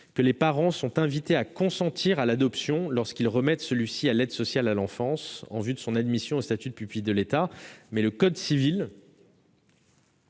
que les parents sont invités à consentir à l'adoption lorsqu'ils remettent leur enfant à l'aide sociale à l'enfance en vue de son admission au statut de pupille de l'État, mais l'article